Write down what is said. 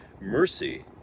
mercy